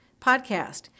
podcast